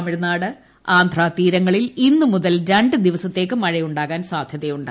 തമിഴ്നാട് ആന്ധ്രാ തീരങ്ങളിൽ ഇന്നുമുതൽ രണ്ട് ദിവസത്തേക്ക് മഴയുണ്ടാകാൻ സാധൃതയുണ്ട്